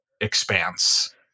expanse